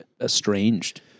estranged